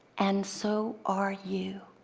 and so are you.